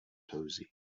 cosy